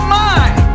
mind